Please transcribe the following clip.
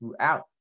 throughout